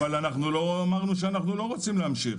אנחנו לא אמרנו שאנחנו לא רוצים להמשיך.